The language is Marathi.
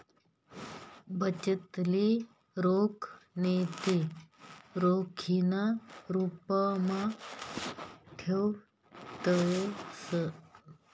बचतले रोख नैते रोखीना रुपमा ठेवतंस